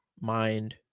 mind